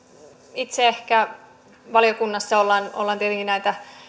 itse valiokunnassa ollaan ollaan tietenkin näitä